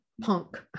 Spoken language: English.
punk